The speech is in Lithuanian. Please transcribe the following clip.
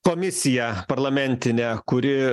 komisiją parlamentinę kuri